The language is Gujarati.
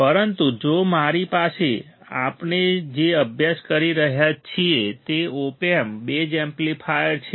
પરંતુ જો મારી પાસે આપણે જે અભ્યાસ કરી રહ્યા છીએ તે ઓપ એમ્પ બેઝ એમ્પ્લીફાયર છે